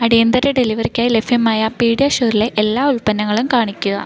അടിയന്തര ഡെലിവറിക്കായി ലഭ്യമായ പീഡിയഷുവറിലെ എല്ലാ ഉൽപ്പന്നങ്ങളും കാണിക്കുക